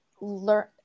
learn